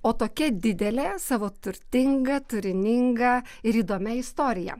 o tokia didelė savo turtinga turininga ir įdomia istorija